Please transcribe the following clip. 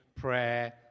prayer